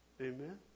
Amen